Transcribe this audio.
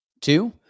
Two